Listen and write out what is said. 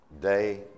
day